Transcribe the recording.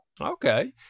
Okay